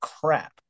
crap